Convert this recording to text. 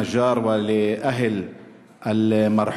להלן תרגומם: למשפחת נג'אר ולהורי המנוח